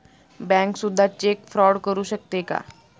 Bank सुद्धा cheque fraud करू शकते का?